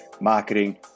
marketing